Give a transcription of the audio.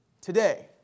today